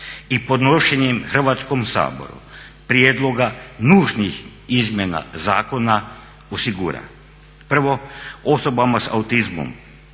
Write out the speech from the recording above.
i podnošenjem Hrvatskom saboru prijedloga nužnih izmjena zakona osigura 1.osoba s autizmom